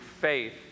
faith